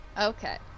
Okay